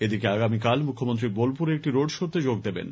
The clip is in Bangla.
এদিকে আগামীকাল মুখ্যমন্ত্রী বোলপুরে একটি রোড শোতে যোগ দেবেন